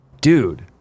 Dude